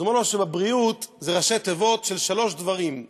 הוא אומר: בריאות זה ראשי תיבות של שלושה דברים,